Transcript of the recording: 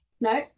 no